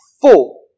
Four